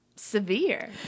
severe